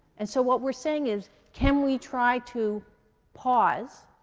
and so what we're saying is can we try to pause